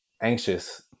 anxious